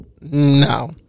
no